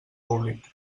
públic